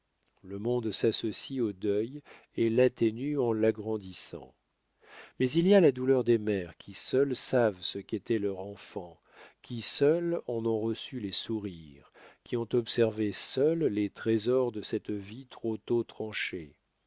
le monde s'associe au deuil et l'atténue en l'agrandissant mais il y a la douleur des mères qui seules savent ce qu'était leur enfant qui seules en ont reçu les sourires qui ont observé seules les trésors de cette vie trop tôt tranchée